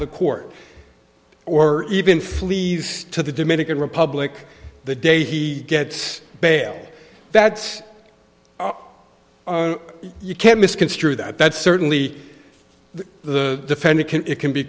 the court or even flees to the dominican republic the day he gets bail that's all you can misconstrue that certainly the defendant can it can be